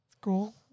Cool